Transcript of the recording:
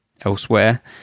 elsewhere